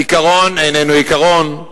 עיקרון איננו עיקרון,